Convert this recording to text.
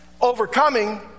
overcoming